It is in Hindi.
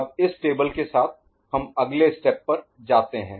अब इस टेबल के साथ हम अब अगले स्टेप पर जाते हैं